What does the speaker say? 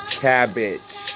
cabbage